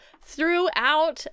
throughout